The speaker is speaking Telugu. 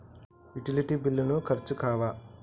యుటిలిటీ బిల్లులు ఖర్చు కావా?